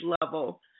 level